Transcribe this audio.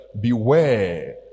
beware